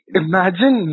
imagine